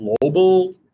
global